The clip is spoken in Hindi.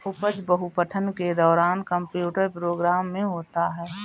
उपज बहु पठन के दौरान कंप्यूटर प्रोग्राम में होता है